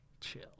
chill